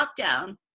lockdown